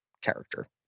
character